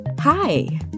Hi